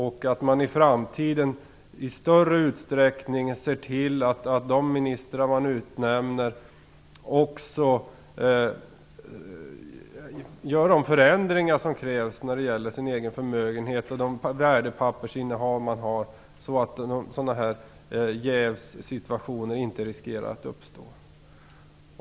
I framtiden måste man i större utsträckning se till att de ministrar man utnämner också gör de förändringar som krävs när det gäller den förmögenhet och det värdepappersinnehav de har så att dessa jävssituationer inte riskerar att uppstå.